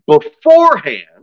beforehand